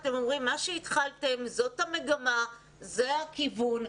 מה שהתחלתם זו המגמה, זה הכיוון.